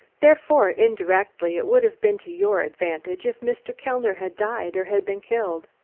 therefore, indirectly, it would have been to your advantage if mr. kellner had died or had been killed?